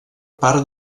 part